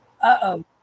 Uh-oh